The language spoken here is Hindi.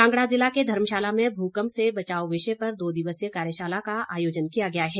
कांगड़ा जिला के धर्मशाला में भूकंप से बचाव विषय पर दो दिवसीय कार्यशाला का आयोजन किया गया है